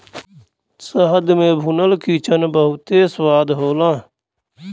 शहद में भुनल चिकन बहुते स्वाद होला